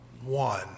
one